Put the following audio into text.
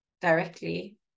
directly